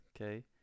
Okay